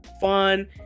fun